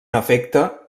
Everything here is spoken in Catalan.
efecte